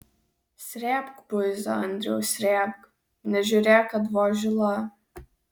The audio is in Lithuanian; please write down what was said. srėbk buizą andriau srėbk nežiūrėk kad vos žila